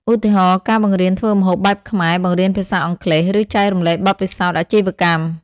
ឧទាហរណ៍ ការបង្រៀនធ្វើម្ហូបបែបខ្មែរ បង្រៀនភាសាអង់គ្លេស ឬចែករំលែកបទពិសោធន៍អាជីវកម្ម។